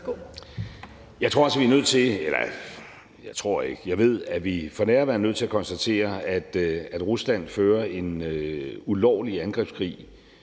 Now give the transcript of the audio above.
vi for nærværende er nødt til at konstatere, at Rusland fører en ulovlig angrebskrig